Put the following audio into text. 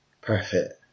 Perfect